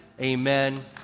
Amen